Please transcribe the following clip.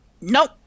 Nope